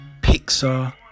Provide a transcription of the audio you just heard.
Pixar